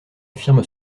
affirme